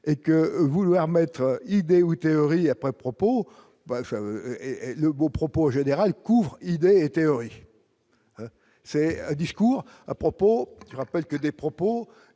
et que vouloir mettre idée ou théorie après propos et le beau propos général couvre idées et théorie, c'est un discours à propos qui rappelle que des propos